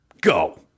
Go